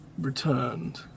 returned